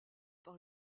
par